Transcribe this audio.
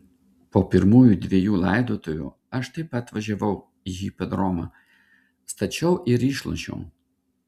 po pirmųjų dvejų laidotuvių aš taip pat važiavau į hipodromą stačiau ir išlošiau